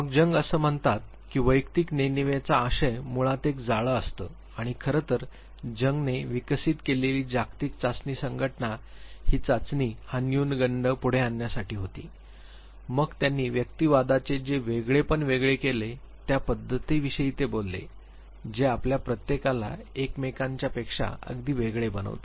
मग जंग म्हणतात की वैयक्तिक नेणिवेचा आशय मुळात एक जाळं असतं आणि खरं तर जंग ने विकसित केलेली जागतिक चाचणी संघटना ही चाचणी हा न्युनगंड पुढे आणण्यासाठी होती मग त्यांनी व्याक्तीवादाचे जे वेगळेपण वेगळे केले त्या पद्धतीविषयी ते बोलले जे आपल्या प्रत्येकाला एकमेकांपेक्षा अगदी वेगळे बनवते